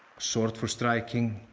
sword for striking,